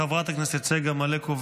חברת הכנסת צגה מלקו,